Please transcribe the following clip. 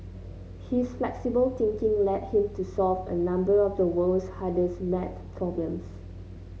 his flexible thinking led him to solve a number of the world's hardest math problems